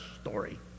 story